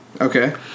okay